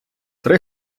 три